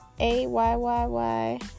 A-Y-Y-Y